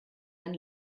ein